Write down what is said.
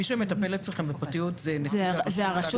מי שמטפל אצלכם בפרטיות זה נציג הרשות להגנה על הפרטיות?